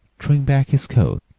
throwing back his coat,